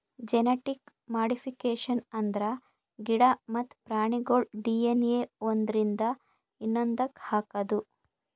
genetic modification ಅಂದ್ರ ಗಿಡ ಮತ್ತ್ ಪ್ರಾಣಿಗೋಳ್ ಡಿ.ಎನ್.ಎ ಒಂದ್ರಿಂದ ಇನ್ನೊಂದಕ್ಕ್ ಹಾಕದು